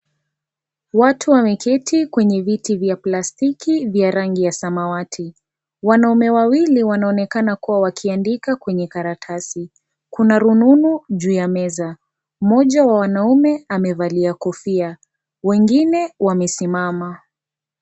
Watu wameketi kwenye viti vya plastiki vya rangi ya samawati. Wanaume wawili wanaonekana kuwa wakiandika kwenye karatasi. Kuna rununu juu ya meza. Mmoja wa wanaume amevalia kofia, wengine wamesimama.